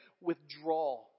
withdraw